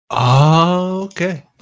Okay